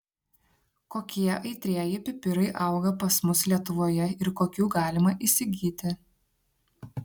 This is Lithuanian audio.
kokie aitrieji pipirai auga pas mus lietuvoje ir kokių galima įsigyti